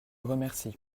remercie